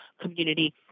community